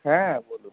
হ্যাঁ বলুন